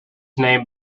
name